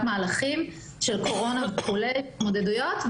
מהלכים של קורונה וכל ההתמודדויות,